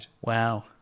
Wow